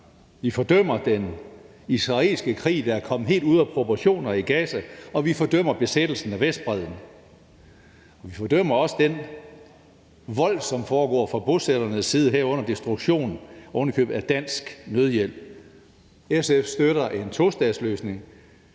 Vi fordømmer den israelske krig, der er kommet helt ud af proportioner i Gaza, og vi fordømmer besættelsen af Vestbredden. Vi fordømmer også den vold, som foregår fra bosætterne sidde, herunder destruktion, ovenikøbet af dansk nødhjælp. SF støtter en tostatsløsning